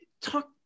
Talk